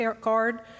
card